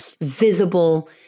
visible